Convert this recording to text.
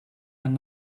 and